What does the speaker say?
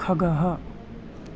खगः